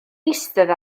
eistedd